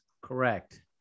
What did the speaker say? Correct